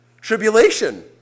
tribulation